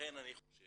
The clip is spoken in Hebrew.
לכן אני חושב